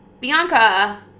Bianca